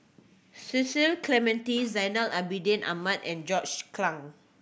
Cecil Clementi Zainal Abidin Ahmad and John Clang